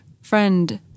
friend